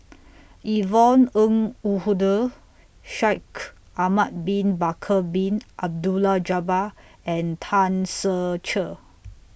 Yvonne Ng Uhde Shaikh Ahmad Bin Bakar Bin Abdullah Jabbar and Tan Ser Cher